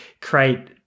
create